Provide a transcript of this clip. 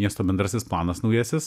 miesto bendrasis planas naujasis